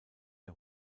der